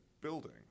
building